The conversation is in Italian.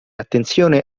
attenzione